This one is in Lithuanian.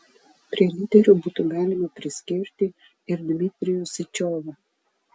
prie lyderių būtų galima priskirti ir dmitrijų syčiovą